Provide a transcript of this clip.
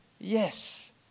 Yes